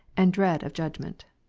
and dread of judgement.